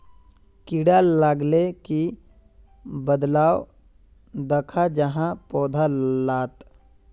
कीड़ा लगाले की बदलाव दखा जहा पौधा लात?